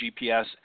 GPS